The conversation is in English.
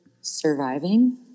surviving